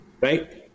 Right